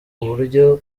uburyo